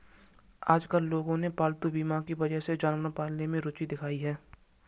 आजकल लोगों ने पालतू बीमा की वजह से जानवर पालने में रूचि दिखाई है